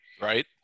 Right